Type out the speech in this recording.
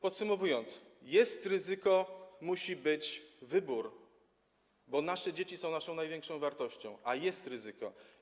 Podsumowując: jest ryzyko, musi być wybór, bo nasze dzieci są naszą największą wartością, a jest ryzyko.